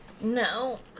No